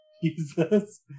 Jesus